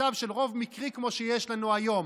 מצב של רוב מקרי כמו שיש לנו היום.